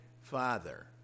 father